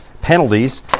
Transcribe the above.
penalties